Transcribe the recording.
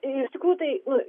iš tikrųjų tai nu